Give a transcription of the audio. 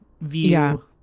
view